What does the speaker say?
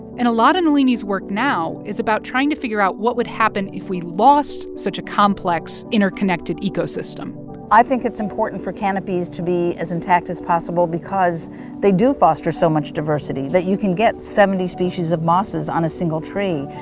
and a lot of nalini's work now is about trying to figure out what would happen if we lost such a complex, interconnected ecosystem i think it's important for canopies to be as intact as possible because they do foster so much diversity that you can get seventy species of mosses on a single tree.